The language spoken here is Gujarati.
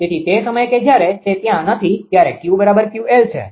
તેથી તે સમયે કે જ્યારે તે ત્યાં નથી ત્યારે 𝑄𝑄𝑙 છે